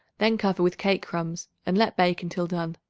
then cover with cake-crumbs and let bake until done.